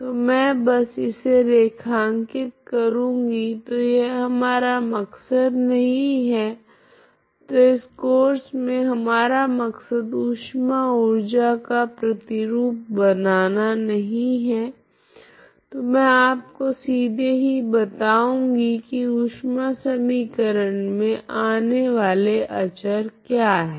तो मैं बस इसे रेखांकित करूंगी तो यह हमारा मकसद नहीं है तो इस कोर्स मे हमारा मकसद ऊष्मा ऊर्जा का प्रतिरूप बनाना नहीं है तो मैं आपको सीधे ही बताऊँगी की ऊष्मा समीकरण मे आने वाले अचर क्या है